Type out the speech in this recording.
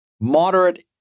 moderate